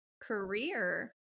career